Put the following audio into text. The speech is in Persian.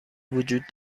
وجود